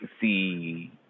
see